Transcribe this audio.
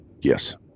Yes